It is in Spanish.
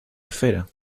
esfera